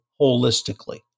holistically